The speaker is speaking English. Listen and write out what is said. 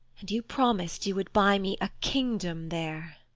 and you promised you would buy me a kingdom there.